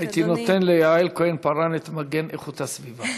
הייתי נותן ליעל כהן-פארן את מגן איכות הסביבה.